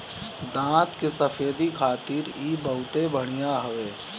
दांत के सफेदी खातिर इ बहुते बढ़िया हवे